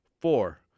four